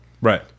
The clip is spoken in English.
Right